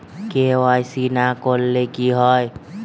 KYC না করলে কি হয়?